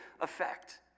effect